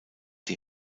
die